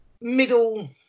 Middle